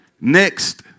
Next